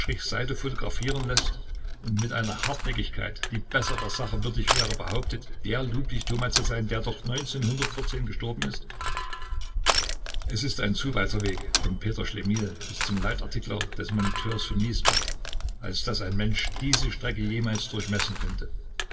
seite photographieren läßt und mit einer hartnäckigkeit die besserer sache würdig wäre behauptet der ludwig thoma zu sein der doch gestorben ist es ist ein zu weiter weg vom peter schlemihl bis zum leitartikler des moniteurs von miesbach als daß ein mensch diese strecke jemals durchmessen könnte